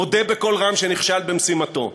מודה בקול רם שנכשל במשימתו.